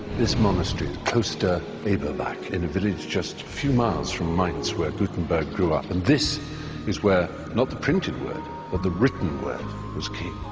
this monastery, kloster eberbach, in a village just a few miles from mainz, where gutenberg grew up, and this is where not the printed word but the written word was king.